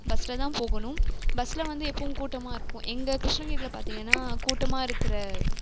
பஸ்லதான் போகணும் பஸ்ல வந்து எப்போவும் கூட்டமாக இருக்கும் எங்கள் கிருஷ்ணகிரியில பார்த்திங்கன்னா கூட்டமாக இருக்கிற